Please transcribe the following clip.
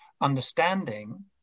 understanding